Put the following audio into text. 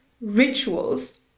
rituals